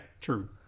true